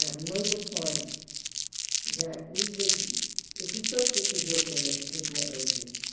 made the point that we would if we took the position that petitioner urges,